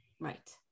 Right